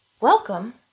Welcome